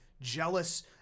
jealous